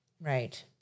Right